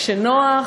כשנוח,